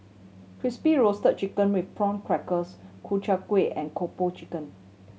Crispy Roasted Chicken with Prawn Crackers Ku Chai Kueh and Kung Po Chicken